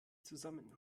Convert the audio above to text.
zusammen